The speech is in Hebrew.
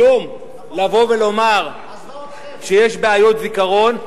היום לבוא ולומר שיש בעיות זיכרון,